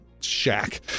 Shack